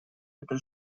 это